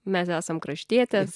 mes esam kraštietės